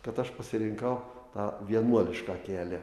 kad aš pasirinkau tą vienuolišką kelią